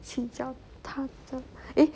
请教她 eh